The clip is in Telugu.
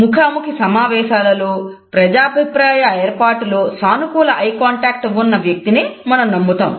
ముఖాముఖి సమావేశాలలో ప్రజాభిప్రాయ ఏర్పాటులో సానుకూల ఐ కాంటాక్ట్ ఉన్న వ్యక్తినే మనం నమ్ముతాం